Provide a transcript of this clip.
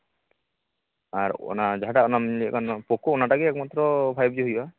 ᱟᱨ ᱚᱱᱟ ᱡᱟᱦᱟᱸᱴᱟᱜ ᱮᱢ ᱞᱟᱹᱭᱮᱫ ᱠᱟᱱ ᱚᱱᱟ ᱯᱚᱠᱳ ᱚᱱᱟᱴᱟᱜ ᱜᱮ ᱮᱠᱢᱟᱛᱨᱚ ᱮᱠᱢᱟᱛᱨᱚ ᱯᱷᱟᱭᱤᱵᱷᱡᱤ ᱦᱩᱭᱩᱜᱼᱟ